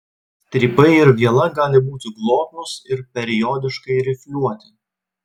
strypai ir viela gali būti glotnūs ir periodiškai rifliuoti